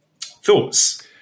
thoughts